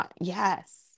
Yes